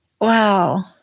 wow